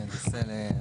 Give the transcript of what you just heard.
תסבירו.